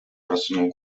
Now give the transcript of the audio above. просунул